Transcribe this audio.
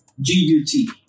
G-U-T